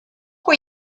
were